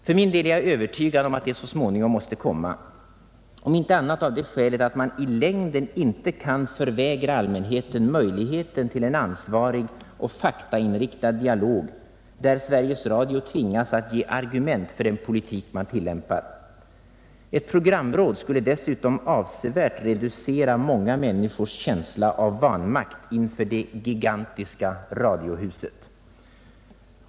För min del är jag övertygad om att det så småningom måste komma — om inte annat så av det skälet att man i längden inte kan förvägra allmänheten möjligheten till en ansvarig och faktainriktad dialog där Sveriges Radio tvingas att ge argument för den politik som tillämpas. Ett programråd skulle dessutom avsevärt reducera många människors känsla av vanmakt inför det gigantiska radiohuset.